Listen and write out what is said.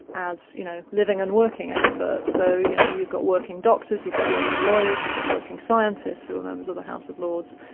as you know living and working experts, so you know you've got working doctors, you've got working lawyers, you've got working scientists who are members of the house of lords.